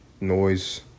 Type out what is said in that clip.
noise